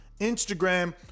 Instagram